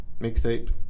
mixtape